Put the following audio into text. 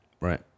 Right